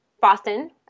Boston